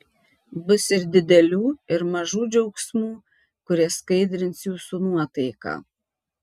bus ir didelių ir mažų džiaugsmų kurie skaidrins jūsų nuotaiką